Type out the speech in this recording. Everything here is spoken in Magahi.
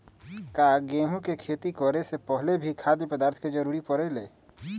का गेहूं के खेती करे से पहले भी खाद्य पदार्थ के जरूरी परे ले?